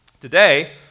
Today